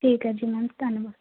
ਠੀਕ ਹੈ ਜੀ ਮੈਮ ਧੰਨਵਾਦ